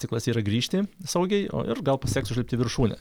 tikslas yra grįžti saugiai o ir gal pasiseks užlipti į viršūnę